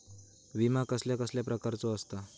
विमा कसल्या कसल्या प्रकारचो असता?